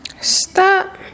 Stop